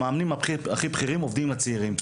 המאמנים הכי בכירים עובדים עם הצעירים.